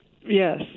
Yes